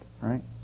right